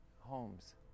homes